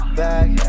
back